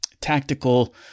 tactical